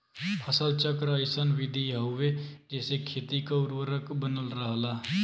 फसल चक्र अइसन विधि हउवे जेसे खेती क उर्वरक बनल रहला